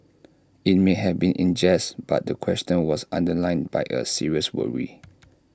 IT may have been in jest but the question was underlined by A serious worry